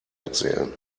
erzählen